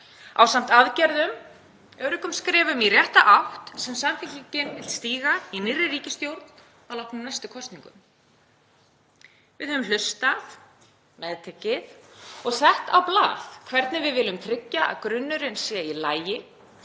ásamt aðgerðum, öruggum skrefum í rétta átt sem Samfylkingin vill stíga í nýrri ríkisstjórn að loknum næstu kosningum. Við höfum hlustað, meðtekið og sett á blað hvernig við viljum tryggja að grunnurinn sé í lagi,